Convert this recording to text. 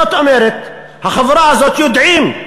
זאת אומרת, החבורה הזאת, יודעים: